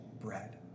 bread